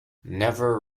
never